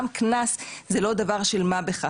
גם קנס זה לא דבר של מה בכך,